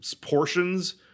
portions